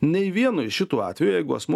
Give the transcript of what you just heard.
nei vienu iš šitų atveju jeigu asmuo